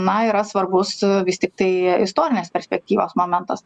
na yra svarbus vis tiktai istorinės perspektyvos momentas